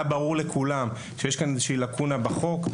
והיה ברור לכולם שיש כאן איזו שהיא לקונה בחוק.